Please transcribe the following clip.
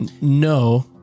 No